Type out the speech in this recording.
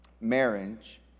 Marriage